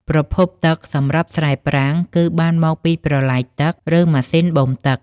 ប្រភពទឹកសម្រាប់ស្រែប្រាំងគឺបានមកពីប្រឡាយទឹកឬម៉ាស៊ីនបូមទឹក។